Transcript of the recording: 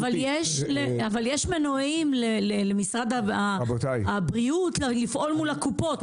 אבל יש מנועים למשרד הבריאות לפעול מול קופות החולים,